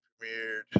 premiered